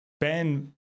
Ben